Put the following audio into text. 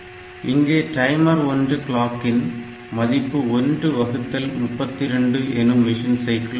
இங்கே டைமர் 1 கிளாக்கின் மதிப்பு 1 வகுத்தல் 32 எனும் மிஷின் சைக்கிள் ஆகும்